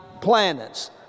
planets